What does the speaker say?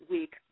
Week